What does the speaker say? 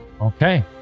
Okay